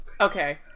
Okay